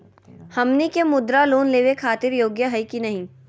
हमनी के मुद्रा लोन लेवे खातीर योग्य हई की नही?